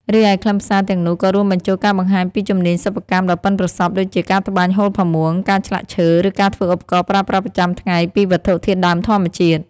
រីឯខ្លឹមសារទាំងនោះក៏រួមបញ្ចូលការបង្ហាញពីជំនាញសិប្បកម្មដ៏ប៉ិនប្រសប់ ដូចជា ការត្បាញហូលផាមួង ការឆ្លាក់ឈើ ឬការធ្វើឧបករណ៍ប្រើប្រាស់ប្រចាំថ្ងៃពីវត្ថុធាតុដើមធម្មជាតិ។